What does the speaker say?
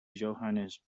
johannes